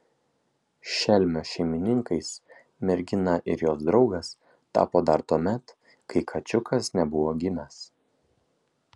šelmio šeimininkais mergina ir jos draugas tapo dar tuomet kai kačiukas nebuvo gimęs